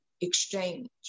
exchange